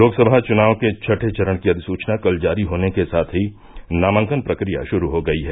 लोकसभा चुनाव के छठे चरण की अधिसुचना कल जारी होने के साथ ही नामांकन प्रक्रिया शुरू हो गई है